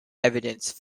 evidence